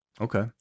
Okay